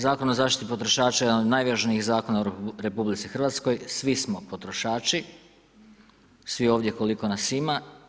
Zakon o zaštiti potrošača, jedan je od najvažnijih zakona u RH, svi smo potrošači, svi ovdje koliko nas ima.